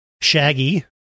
Shaggy